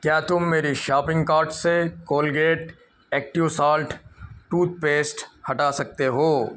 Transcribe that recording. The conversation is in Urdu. کیا تم میری شاپنگ کارٹ سے Colgate active salt toothpaste ہٹا سکتے ہو